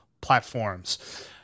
platforms